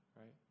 right